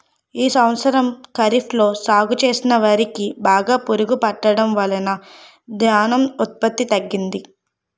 ఈ సంవత్సరం ఖరీఫ్ లో సాగు చేసిన వరి కి బాగా పురుగు పట్టడం వలన ధాన్యం ఉత్పత్తి తగ్గింది